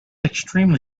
extremely